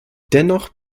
dennoch